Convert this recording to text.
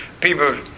people